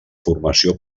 formació